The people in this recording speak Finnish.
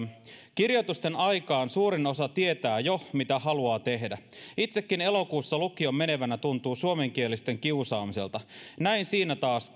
kirjoitusten aikaan suurin osa tietää jo mitä haluaa tehdä itsekin elokuussa lukioon menevänä tuntuu suomenkielisten kiusaamiselta näin siinä taas